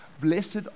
Blessed